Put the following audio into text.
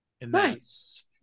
Nice